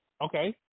okay